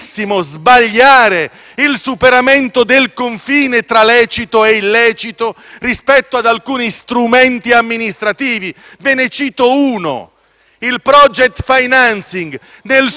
il superamento del confine tra lecito e illecito rispetto ad alcuni strumenti amministrativi. Ve ne cito uno: il *project financing,* nel suo essere procedura